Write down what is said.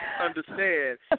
understand –